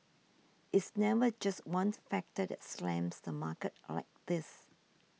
it's never just one factor that slams the market like this